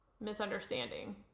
misunderstanding